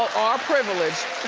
are privileged.